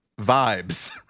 vibes